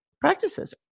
practices